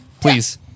please